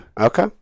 Okay